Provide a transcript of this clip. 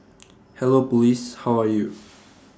hello Police how are you